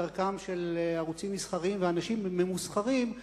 כדרכם של ערוצים מסחריים ואנשים ממוסחרים,